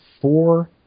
four